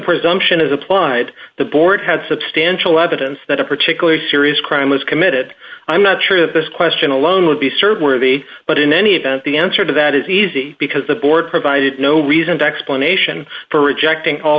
presumption is applied the board had substantial evidence that a particular serious crime was committed i'm not sure that this question alone would be served worthy but in any event the answer to that is easy because the board provided no reason the explanation for rejecting all